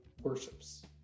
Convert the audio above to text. worships